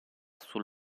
sul